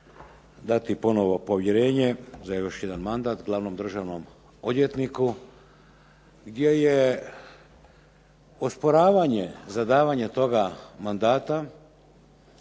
dati ponovno povjerenje za još jedan mandat glavnom državnom odvjetniku gdje je osporavanje za davanje toga mandata